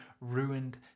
ruined